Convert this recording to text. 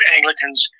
Anglicans